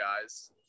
guys